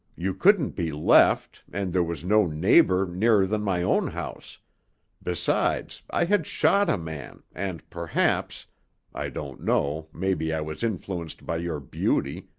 you couldn't be left, and there was no neighbor nearer than my own house besides, i had shot a man, and, perhaps i don't know, maybe i was influenced by your beauty,